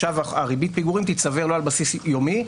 שריבית הפיגורים תיצבר אחת לשלושה חודשים ולא על בסיס יומי,